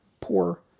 poor